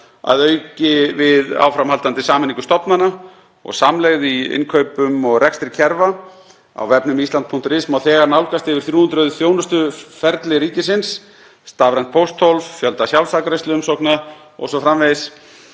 að auki við áframhaldandi sameiningu stofnana og samlegð í innkaupum og rekstri kerfa. Á vefnum Ísland.is má þegar nálgast yfir 900 þjónustuferli ríkisins, stafrænt pósthólf og fjölda sjálfsafgreiðsluumsókna o.s.frv.